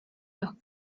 los